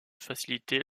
faciliter